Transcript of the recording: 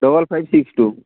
double five six two